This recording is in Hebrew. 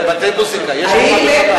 בתי מוזיקה יש כמה וכמה.